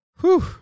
Whew